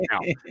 now